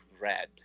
red